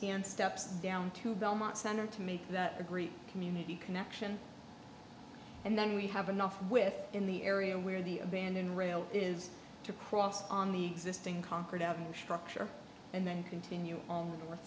and steps down to belmont center to make that a great community connection and then we have enough with in the area where the abandoned rail is to cross on the existing concrete avenue structure and then continue on the north